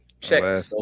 check